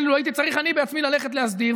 לו הייתי צריך אני בעצמי ללכת להסדיר.